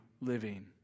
living